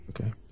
Okay